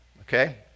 Okay